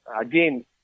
again